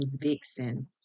Vixen